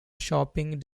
shopping